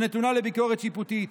שנתונה לביקורת שיפוטית.